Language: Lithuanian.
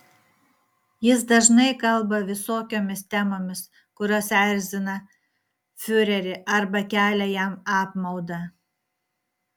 jis dažnai kalba visokiomis temomis kurios erzina fiurerį arba kelia jam apmaudą